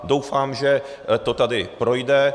Doufám, že to tady projde.